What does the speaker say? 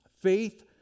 Faith